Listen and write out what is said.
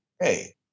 hey